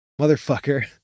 Motherfucker